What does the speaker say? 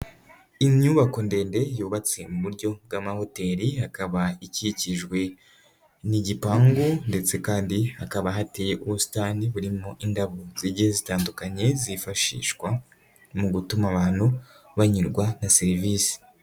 Inyubako ndende yubatse mu buryo bw'amahoteli, hakaba ikikijwe n'igipangu ndetse kandi hakaba hateye ubusitani burimo indabo zigiye zitandukanye, zifashishwa mu gutuma abantu banyurwa na serivisi.